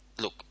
look